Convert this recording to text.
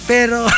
Pero